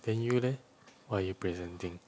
then you leh what are you presenting